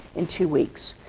in two weeks.